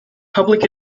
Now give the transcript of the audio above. public